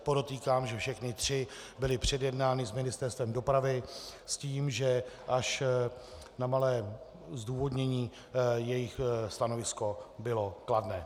Podotýkám, že všechny tři byly předjednány s Ministerstvem dopravy s tím, že až na malé zdůvodnění jejich stanovisko bylo kladné.